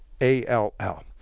A-L-L